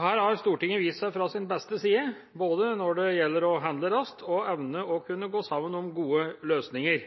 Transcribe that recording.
Her har Stortinget vist seg fra sin beste side, både når det gjelder å handle raskt og evne å gå sammen om gode løsninger.